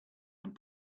and